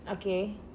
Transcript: okay